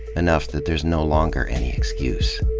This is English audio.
enough that there's no longer any excuse.